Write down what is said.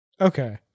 Okay